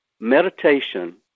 meditation